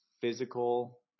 physical